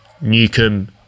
Newcomb